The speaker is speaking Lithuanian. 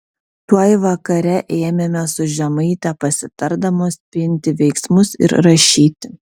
tuoj vakare ėmėme su žemaite pasitardamos pinti veiksmus ir rašyti